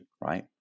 right